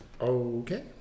Okay